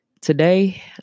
today